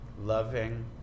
loving